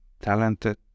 talented